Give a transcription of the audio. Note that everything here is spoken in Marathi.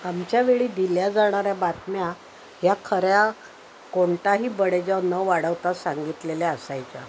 आमच्या वेळी दिल्या जाणाऱ्या बातम्या ह्या खऱ्या कोणताही बडेजाव न वाढवता सांगितलेल्या असायच्या